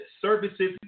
services